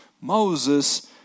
Moses